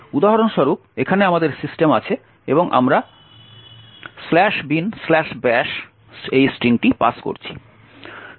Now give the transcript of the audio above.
উদাহরণস্বরূপ এখানে আমাদের সিস্টেম আছে এবং আমরা binbash স্ট্রিংটি পাস করছি